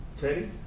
Teddy